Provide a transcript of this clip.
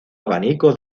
abanico